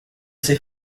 ser